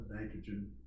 nitrogen